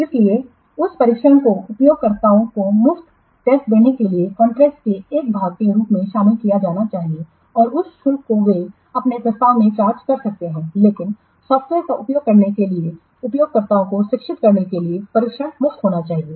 इसलिए उस प्रशिक्षण को उपयोगकर्ताओं को मुफ्त प्रशिक्षण देने के लिए कॉन्ट्रैक्ट के एक भाग के रूप में शामिल किया जाना चाहिए और उस शुल्क को वे अपने प्रस्ताव में चार्ज कर सकते हैं लेकिन सॉफ्टवेयर का उपयोग करने के लिए उपयोगकर्ताओं को शिक्षित करने के लिए प्रशिक्षण मुफ्त होना चाहिए